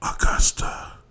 Augusta